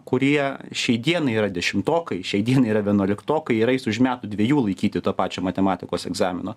kurie šiai dienai yra dešimtokai šiai dienai yra vienuoliktokai ir ais už metų dviejų laikyti to pačio matematikos egzamino